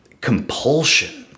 compulsion